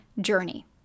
journey